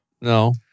No